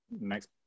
next